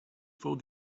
fold